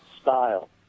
style